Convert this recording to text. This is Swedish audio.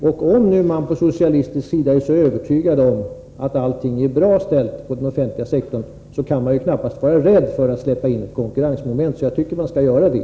Om man nu på socialistisk sida är så övertygad om att allting är bra ställt inom den offentliga sektorn kan man knappast vara rädd för att släppa in ett konkurrensmoment, så jag tycker att man skall göra det.